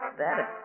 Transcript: better